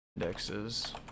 indexes